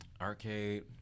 arcade